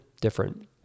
different